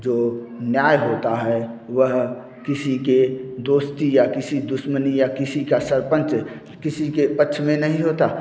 जो न्याय होता है वह किसी की दोस्ती या किसी दुश्मनी या किसी का सरपंच किसी के पक्ष में नहीं होता